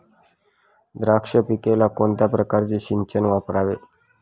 द्राक्ष पिकाला कोणत्या प्रकारचे सिंचन वापरावे?